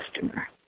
customer